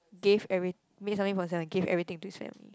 gave every made something for someone and gave everything to his family